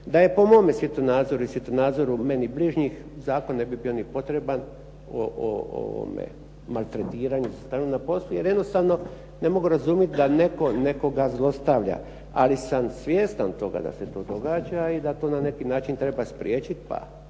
Da je po mome svjetonadzoru i svjetonadzoru meni bližnjih, zakon ne bi bio ni potreban o ovome maltretiranju na poslu jer jednostavno ne mogu razumjeti da netko nekoga zlostavlja. Ali sam svjestan toga da se to događa i da to na neki način treba spriječiti